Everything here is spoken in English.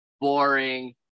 boring